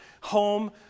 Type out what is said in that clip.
home